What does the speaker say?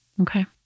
okay